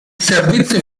servizio